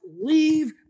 leave